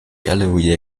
gallery